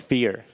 Fear